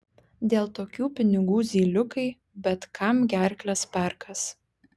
dėl tokių pinigų zyliukai bet kam gerkles perkąs